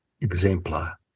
Exemplar